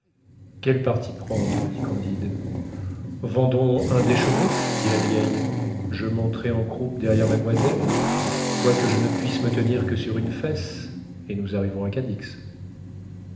quel parti prendre dit candide vendons un des chevaux dit la vieille je monterai en croupe derrière mademoiselle quoique je ne puisse me tenir que sur une fesse et nous arriverons à cadix